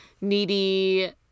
Needy